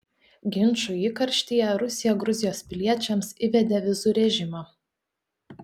ginčų įkarštyje rusija gruzijos piliečiams įvedė vizų režimą